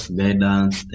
guidance